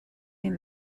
این